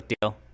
deal